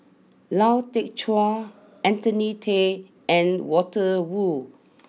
Lau Teng Chuan Anthony then and Walter Woon